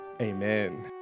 amen